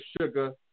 sugar